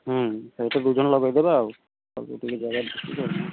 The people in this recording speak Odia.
ସେଇଠି ଦୁଇଜଣ ଲଗେଇଦେବା ଆଉ ସବୁ ଟିକେ ଜାଗା ଦେଖିକି ଆଉ